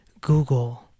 Google